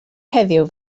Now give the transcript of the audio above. heddiw